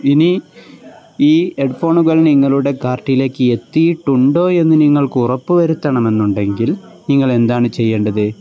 ഇനി ഈ ഹെഡ്ഫോണുകൾ നിങ്ങളുടെ കാർട്ടിലേക്ക് എത്തിയിട്ടുണ്ടോ എന്ന് നിങ്ങൾക്ക് ഉറപ്പ് വരുത്തണമെന്നുണ്ടെങ്കിൽ നിങ്ങളെന്താണ് ചെയ്യേണ്ടത്